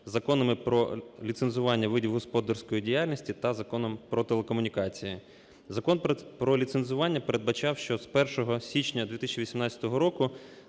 законами "Про ліцензуванню видів господарської діяльності" та Законом "Про телекомунікації". Закон про ліцензування передбачав, що з 1 січня 2018 року